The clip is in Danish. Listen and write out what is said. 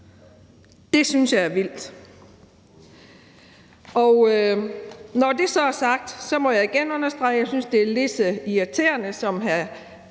det synes jeg er vildt. Når det så er sagt, må jeg igen understrege, at jeg synes, det er lige så irriterende, som hr.